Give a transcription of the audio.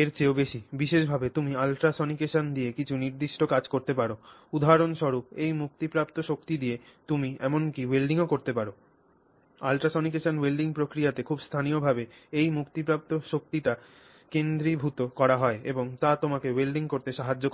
এর চেয়েও বেশি বিশেষভাবে তুমি ultrasonication দিয়ে কিছু নির্দিষ্ট কাজ করতে পার উদাহরণস্বরূপ এই মুক্তিপ্রাপ্ত শক্তি দিয়ে তুমি এমনকি welding ও করতে পার ultrasonication welding প্রক্রিয়াতে খুব স্থানীয়ভাবে সেই মুক্তিপ্রাপ্ত শক্তিটি কেন্দ্রীভূত করা হয় এবং তা তোমাকে ওয়েল্ডিং করতে সাহায্য করে